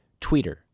Tweeter